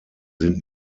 sind